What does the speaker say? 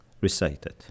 recited